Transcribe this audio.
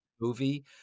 movie